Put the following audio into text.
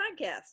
podcast